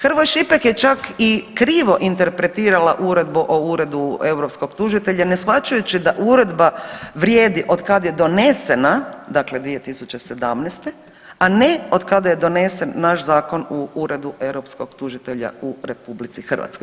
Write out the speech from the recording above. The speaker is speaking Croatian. Hrvoj Šipek je čak i krivo interpretirala Uredbu o uredu europskog tužitelja ne shvaćajući da uredba vrijedi otkad je donesena, dakle 2017., a ne otkada je donesen naš zakon u Uredu europskog tužitelja u RH.